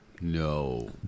No